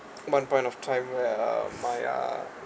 one point of time where uh my uh